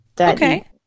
Okay